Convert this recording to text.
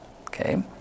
Okay